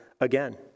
again